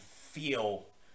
feel